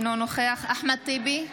אינו נוכח אחמד טיבי,